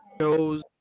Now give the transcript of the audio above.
shows